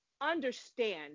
understand